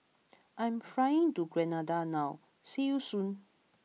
I am flying to Grenada now see you soon